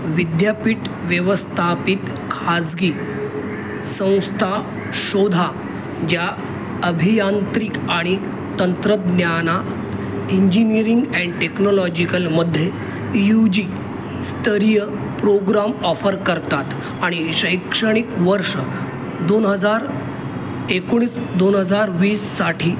विद्यापीठ व्यवस्थापित खाजगी संस्था शोधा ज्या अभियांत्रिक आणि तंत्रज्ञाना इंजिनियरिंग अँड टेक्नॉलॉजिकलमध्ये यू जी स्तरीय प्रोग्राम ऑफर करतात आणि शैक्षणिक वर्ष दोन हजार एकोणीस दोन हजार वीससाठी